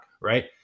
right